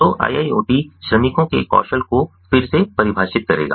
तो IIoT श्रमिकों के कौशल को फिर से परिभाषित करेगा